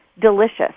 delicious